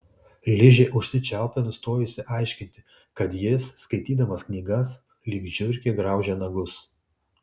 ližė užsičiaupė nustojusi aiškinti kad jis skaitydamas knygas lyg žiurkė graužia nagus